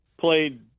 played